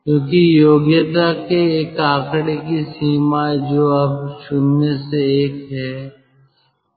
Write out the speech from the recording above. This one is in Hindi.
क्योंकि योग्यता के एक आंकड़े की सीमा जो अब 0 से 1 है